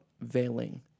veiling